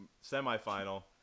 semi-final